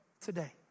today